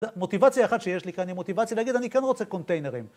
מוטיבציה אחת שיש לי כאן היא מוטיבציה להגיד אני כאן רוצה קונטיינרים.